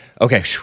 okay